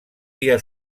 dia